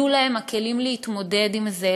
יהיו להם הכלים להתמודד עם זה,